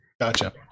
Gotcha